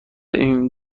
این